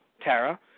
Tara